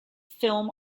film